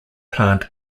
plant